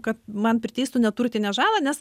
kad man priteistų neturtinę žalą nes